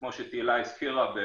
וכמו שתהילה הזכירה,